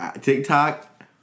TikTok